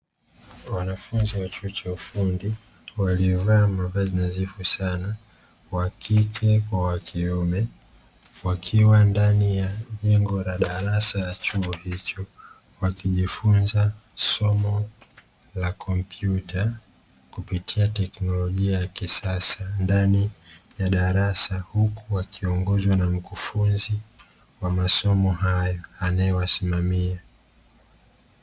Wanafunzi wa chuo cha ufundi waliovaa mavazi nadhifu sana wa kike kwa wa kiume, wakiwa ndani ya jengo la darasa la chuo hicho, wakijifunza somo la kompyuta kupitia teknolojia ya kisasa, ndani ya darasa; huku wakiongozwa na mkufunzi wa masomo hayo anayewasimamia.